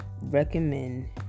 recommend